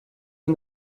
and